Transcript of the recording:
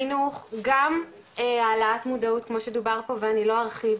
חינוך גם העלאת מודעות כמו שדובר פה ואני לא ארחיב,